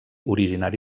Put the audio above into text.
originari